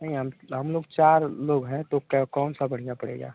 नहीं हम हम लोग चार लोग हैं तो क्या कौन सा बढ़िया पड़ेगा